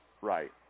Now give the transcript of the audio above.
Right